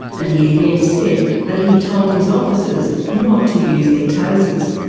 and he again said that he'd told his officers not to use their tasers.